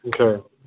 Okay